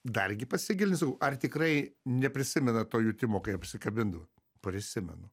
dar gi pasigilint sakau ar tikrai neprisimenat to jutimo kai apsikabindavot prisimenu